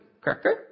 Cracker